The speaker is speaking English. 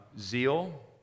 Zeal